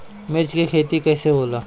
मिर्च के खेती कईसे होला?